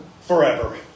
forever